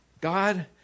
God